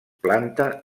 planta